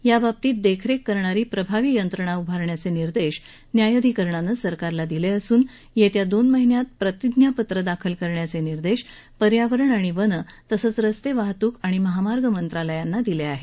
याबाबतीत देखरेख करणारी प्रभावी यंत्रणा उभारण्याचे निर्देश न्यायधिकरणानं सरकारला दिले असून याबाबत दोन महिन्यात प्रतिज्ञापत्र दाखल करण्याचे निर्देश पर्यावरण अणि वन तसंच रस्ते वाहतूक आणि महामार्ग मंत्रालयांना दिले आहेत